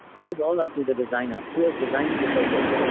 it is all up to the designer who is designing the circuit.